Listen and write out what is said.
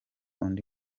undi